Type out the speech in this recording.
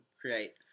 create